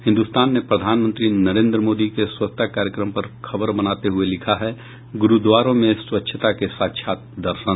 हिन्दुस्तान ने प्रधानमंत्री नरेंद्र मोदी के स्वच्छता कार्यक्रम पर खबर बनाते हुये लिखा है गुरूद्वारों में स्वच्छता के साक्षात दर्शन